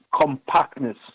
compactness